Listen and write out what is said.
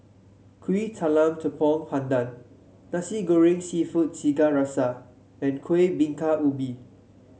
Kuih Talam Tepong Pandan Nasi Goreng seafood Tiga Rasa and Kuih Bingka Ubi